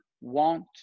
want